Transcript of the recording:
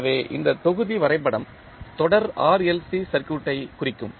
எனவே இந்த தொகுதி வரைபடம் தொடர் RLC சர்க்யூட் ஐ குறிக்கும்